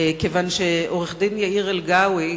כיוון שעורך-הדין יאיר אלגאווי,